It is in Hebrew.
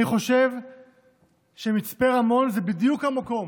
אני חושב שמצפה רמון זה בדיוק המקום